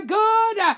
good